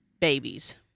Babies